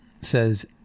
says